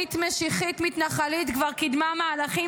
הלאומנית-משיחית-מתנחלית כבר קידמה מהלכים